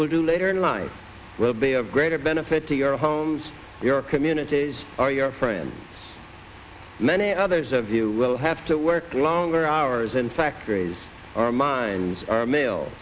will do later in life will be of greater benefit to your homes your communities are your friends many others of you will have to work longer hours in factories our mines are male